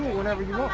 whenever you're